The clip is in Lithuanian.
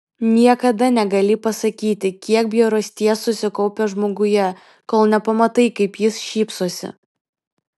niekada negali pasakyti kiek bjaurasties susikaupę žmoguje kol nepamatai kaip jis šypsosi